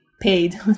paid